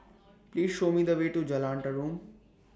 Please Show Me The Way to Jalan Tarum